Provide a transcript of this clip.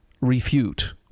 refute